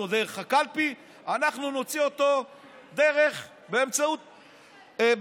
דרך הקלפי אנחנו נוציא אותו באמצעות חקיקה.